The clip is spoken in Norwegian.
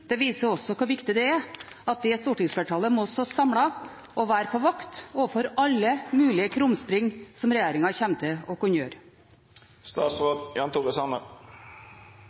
slutten, viser hvor viktig det er at stortingsflertallet må stå samlet og være på vakt overfor alle mulige krumspring som regjeringen kommer til å kunne